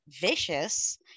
Vicious